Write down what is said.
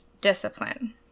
discipline